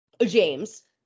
James